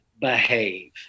behave